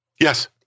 Yes